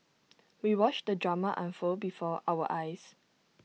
we watched the drama unfold before our eyes